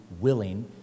willing